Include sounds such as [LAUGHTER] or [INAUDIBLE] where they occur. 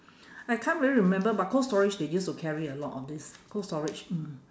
[BREATH] I can't really remember but cold storage they used to carry a lot of this cold storage mm